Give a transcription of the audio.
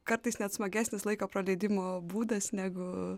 kartais net smagesnis laiko praleidimo būdas negu